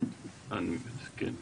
עמותת איל.